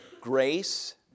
grace